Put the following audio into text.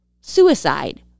suicide